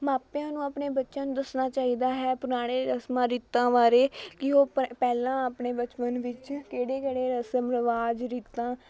ਮਾਪਿਆਂ ਨੂੰ ਆਪਣੇ ਬੱਚਿਆਂ ਨੂੰ ਦੱਸਣਾ ਚਾਹੀਦਾ ਹੈ ਪੁਰਾਣੇ ਰਸਮਾਂ ਰੀਤਾਂ ਬਾਰੇ ਕਿ ਉਹ ਪ ਪਹਿਲਾਂ ਆਪਣੇ ਬਚਪਨ ਵਿੱਚ ਕਿਹੜੇ ਕਿਹੜੇ ਰਸਮ ਰਿਵਾਜ ਰੀਤਾਂ